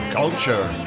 culture